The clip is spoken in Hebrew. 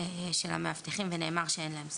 של המאבטחים ונאמר שאין להם סמכות.